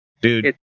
dude